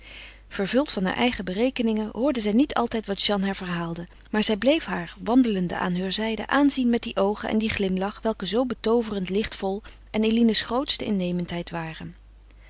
vervuld van haar eigen berekeningen hoorde zij niet altijd wat jeanne haar verhaalde maar zij bleef haar wandelende aan heur zijde aanzien met die oogen en dien glimlach welke zoo betooverend lichtvol en eline's grootste innemendheid waren